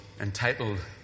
entitled